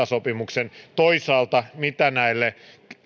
sopimuksen toisaalta mitä näille